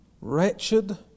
wretched